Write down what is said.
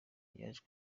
yaje